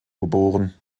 geboren